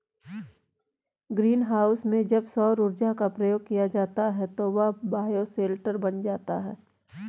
green house में जब सौर ऊर्जा का प्रयोग किया जाता है तो वह बायोशेल्टर बन जाता है